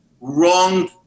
wrong